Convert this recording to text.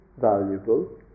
valuable